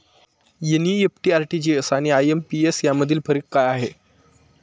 NEFT, RTGS आणि IMPS यामधील फरक काय आहे?